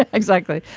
ah exactly.